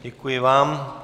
Děkuji vám.